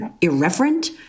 irreverent